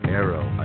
arrow